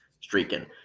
streaking